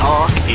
Talk